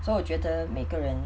so 我觉得每个人